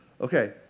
Okay